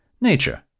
nature